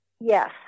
Yes